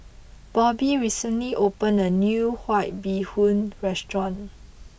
Bobbi recently opened a new White Bee Hoon restaurant